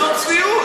זו צביעות.